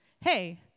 hey